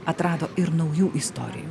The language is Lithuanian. atrado ir naujų istorijų